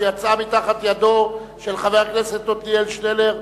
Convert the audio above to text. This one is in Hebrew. שיצאה מתחת ידו של חבר הכנסת עתניאל שנלר.